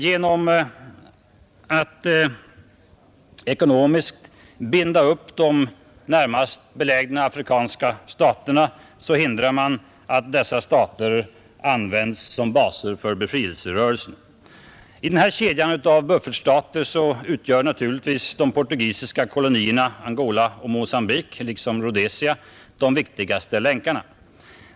Genom att ekonomiskt binda upp de närmaste belägna afrikanska staterna hindrar man att dessa stater används som baser för befrielserörelserna. I denna kedja av buffertstater utgör naturligtvis de portugisiska kolonierna Angola och Mogambique liksom Rhodesia de viktigaste länkarna.